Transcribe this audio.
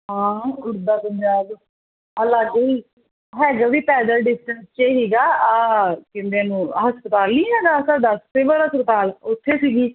ਹਾਂ ਉਡਦਾ ਪੰਜਾਬ ਆ ਲਾਗੇ ਹੀ ਹੈਗਾ ਵੀ ਪੈਦਲ ਡਿਸਟੈਂਸ 'ਚ ਏ ਸੀਗਾ ਆਹ ਕਹਿੰਦੇ ਇਹਨੂੰ ਆਹ ਹਸਪਤਾਲ ਨੀ ਹੈਗਾ ਸਾਡਾ ਸਿਵਲ ਹਸਪਤਾਲ ਉੱਥੇ ਸੀਗੀ